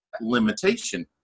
limitation